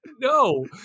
no